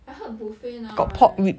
I heard buffet now right